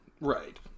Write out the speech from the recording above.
Right